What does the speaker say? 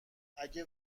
اگر